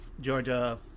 Georgia